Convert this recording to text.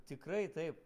tikrai taip